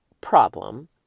problem